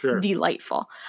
delightful